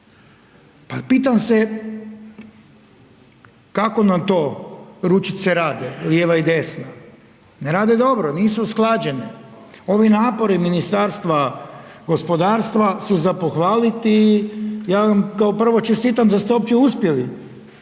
Pa pitam se kako nam to ručice rade lijeva i desna? Ne rade dobro, nisu usklađene. Ovi napori Ministarstva gospodarstva su za pohvaliti, ja vam kao prvo čestitam da ste uopće uspjeli